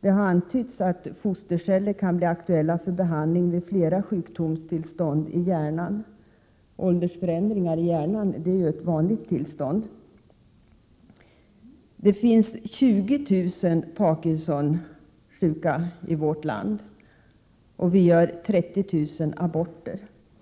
Det har antytts att fosterceller kan bli aktuella för behandling vid flera sjukdomstillstånd i hjärnan. Åldersförändringar i hjärnan är ju ett vanligt tillstånd. Det finns 20 000 Parkinsonsjuka i vårt land, och vi gör 30 000 aborter.